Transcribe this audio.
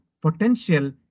potential